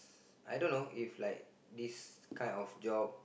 I don't know if like this kind of job